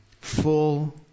full